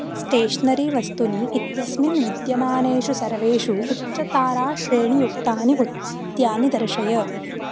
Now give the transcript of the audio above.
stationery वस्तूनि इत्यस्मिन् विद्यमानेषु सर्वेषु उच्चताराश्रेणीयुक्तानि उत्पाद्यानि दर्शय